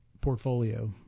portfolio